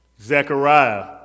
Zechariah